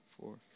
four